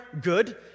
good